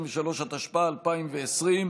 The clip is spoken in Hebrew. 53), התשפ"א 2020,